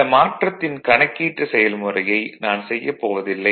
இந்த மாற்றத்தின் கணக்கீட்டு செல்முறையை நான் செயயப்போவதில்லை